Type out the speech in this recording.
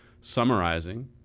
summarizing